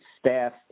staff